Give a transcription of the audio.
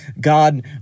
God